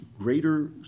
greater